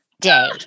day